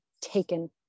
taken